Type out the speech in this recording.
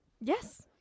Yes